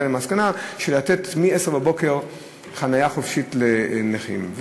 הגיעה למסקנה של לתת מ-10:00 חניה חופשית לנכים.